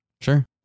Sure